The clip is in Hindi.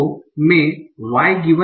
तो मैं y